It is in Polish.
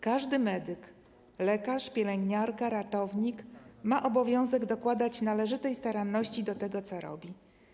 Każdy medyk, lekarz, pielęgniarka, ratownik mają obowiązek dokładać należytej staranności w tym, co robią.